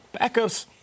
backups –